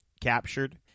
captured